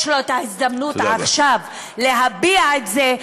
יש לו הזדמנות עכשיו להביע את זה,